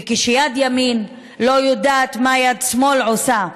וכשיד ימין לא יודעת מה יד שמאל עושה,